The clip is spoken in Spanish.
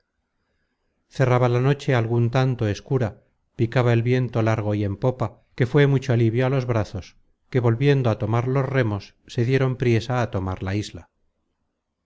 cerraba la noche algun tanto escura picaba el viento largo y en popa que fué mucho alivio content from google book search generated at á los brazos que volviendo a tomar los remos se dieron priesa á tomar la isla